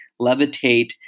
levitate